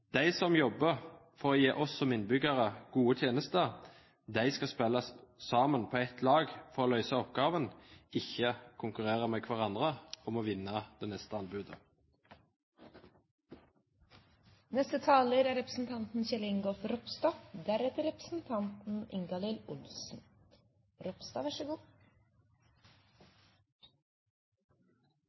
De som jobber for å gi oss som innbyggere gode tjenester, skal spille sammen på et lag for å løse oppgaven, ikke konkurrere med hverandre om å vinne det neste anbudet. Kampen mot sosial dumping må fortsette. Jeg er